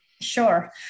Sure